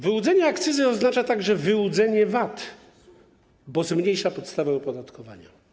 Wyłudzenie akcyzy oznacza także wyłudzenie VAT, bo zmniejsza podstawę opodatkowania.